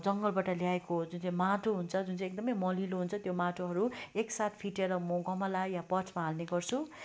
जङ्गलबट ल्याएको जुन चाहिँ माटो हुन्छ जुन चाहिँ एकदमै मलिलो हुन्छ त्यो माटोहरू एकसाथ फिटेर म गमला या पटमा हाल्ने गर्छु